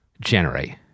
Generate